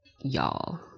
Y'all